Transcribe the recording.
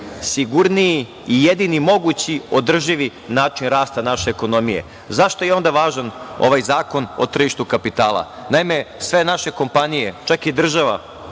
najsigurniji i jedini mogući održivi način rasta naše ekonomije.Zašto je onda važan ovaj Zakon o tržištu kapitala? Naime, sve naše kompanije, čak i država,